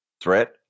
Threat